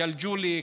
ג'לג'וליה,